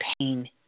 pain